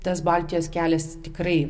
tas baltijos kelias tikrai